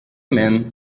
men